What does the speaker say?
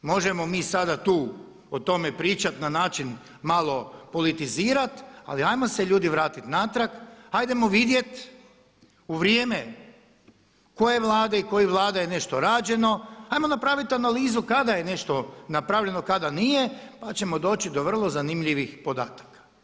Možemo mi sada tu o tome pričati na način malo politizirati ali 'ajmo se ljudi vratiti natrag, hajdemo vidjeti u vrijeme koje Vlade i kojih Vlada je nešto rađeno, hajmo napraviti analizu kada je nešto napravljeno, kada nije pa ćemo doći do vrlo zanimljivih podataka.